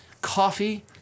coffee